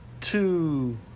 two